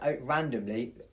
randomly